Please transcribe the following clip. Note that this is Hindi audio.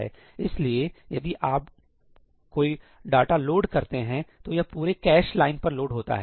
इसलिए यदि आप कोई डाटा लोड करते हैं तो यह पूरे कैश लाइन पर लोड होता है